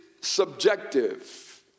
subjective